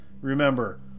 remember